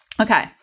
Okay